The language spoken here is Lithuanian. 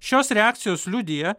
šios reakcijos liudija